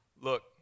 look